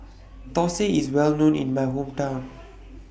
Thosai IS Well known in My Hometown